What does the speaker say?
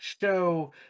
show